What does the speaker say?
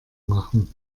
machen